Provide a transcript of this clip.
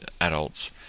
adults